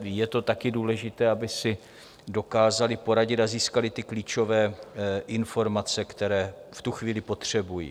Je také důležité, aby si dokázali poradit a získali klíčové informace, které v tu chvíli potřebují.